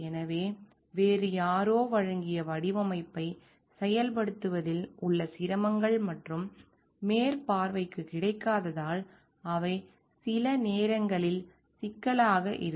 எனவே வேறு யாரோ வழங்கிய வடிவமைப்பை செயல்படுத்துவதில் உள்ள சிரமங்கள் மற்றும் மேற்பார்வைக்கு கிடைக்காததால் அவை சில நேரங்களில் சிக்கலாக இருக்கும்